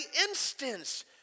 instance